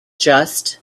just